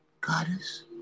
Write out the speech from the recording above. goddess